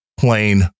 plain